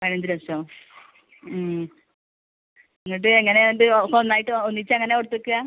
പതിനഞ്ച് ലക്ഷം ഉം എന്നിട്ട് എങ്ങനെയുണ്ട് ഒക്കെ ഒന്നായിട്ട് ഒന്നിച്ചങ്ങനെ കൊടുത്തിരിക്കുക